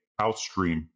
Outstream